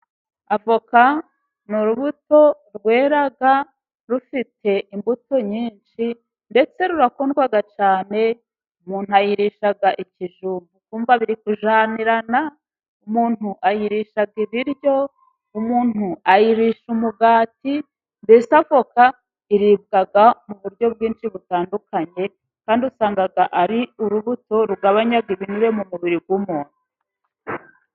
Avoka ni urubuto rwera rufite imbuto nyinshi, ndetse rurakundwa cyane umuntu ayirisha ikijumba ukumva biri kujyana, umuntu ayirisha ibiryo, umuntu ayirisha umugati, mbese avoka iribwa mu buryo bwinshi butandukanye, kandi usanga ari urubuto rugabanya ibinure mu mubiri w'umuntu.